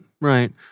right